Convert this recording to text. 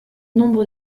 nombre